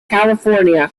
california